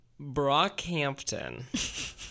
Brockhampton